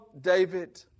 David